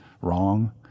wrong